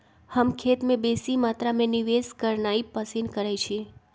हम खेत में बेशी मत्रा में निवेश करनाइ पसिन करइछी